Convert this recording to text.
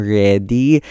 ready